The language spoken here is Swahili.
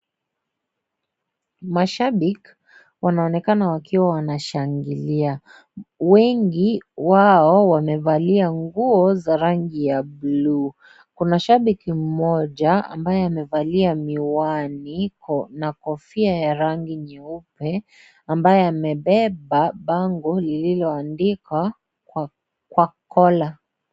Mashabiki wanaonekana wakiwa wanashangalia. Wengi wao wamevalia nguo za rangi ya blue , kuna shabiki mmoja ambaye amevalia miwani na kofia ya rangi nyeupe, ambaye amebeba bango lililoandikwa khwakhola.